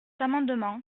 amendement